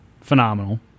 phenomenal